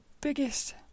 biggest